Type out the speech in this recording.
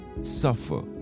suffer